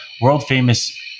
world-famous